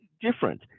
different